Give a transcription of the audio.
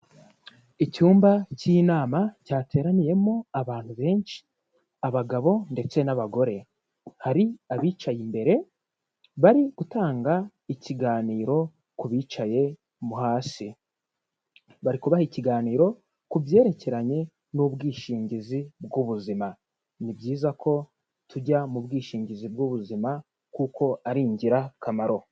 Icyumba k'inama cyateraniyemo abantu benshi abagabo ndetse n'abagore, hari abicaye imbere bari gutanga ikiganiro ku bicaye mo hasi, bari kubaha ikiganiro ku byerekeranye n'ubwishingizi bw'ubuzima, ni byiza ko tujya mu bwishingizi bw'ubuzima kuko ari ingirakamaro.